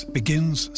begins